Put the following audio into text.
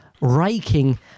raking